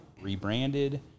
rebranded